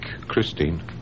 Christine